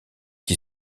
qui